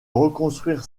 reconstruire